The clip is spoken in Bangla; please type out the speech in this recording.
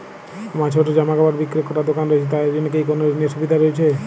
আমার ছোটো জামাকাপড় বিক্রি করার দোকান রয়েছে তা এর জন্য কি কোনো ঋণের সুবিধে রয়েছে?